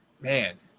man